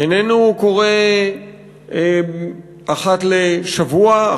איננו קורה אחת לשבוע,